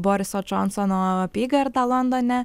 boriso džonsono apygardą londone